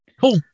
Cool